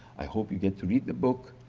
i hope you get to read the book.